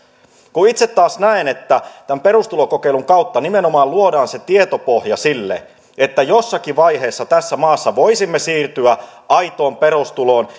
itse taas näen että tämän perustulokokeilun kautta nimenomaan luodaan se tietopohja sille että jossakin vaiheessa tässä maassa voisimme siirtyä aitoon perustuloon